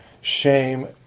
shame